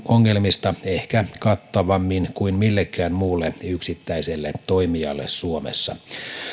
ongelmista ehkä kattavammin kuin millekään muulle yksittäiselle toimijalle suomessa